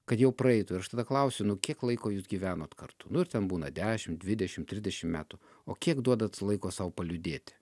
kad jau praeitų ir aš tada klausiu nu kiek laiko jūs gyvenot kartu nu ir ten būna dešim dvidešimt tridešim metų o kiek duodat laiko sau paliūdėti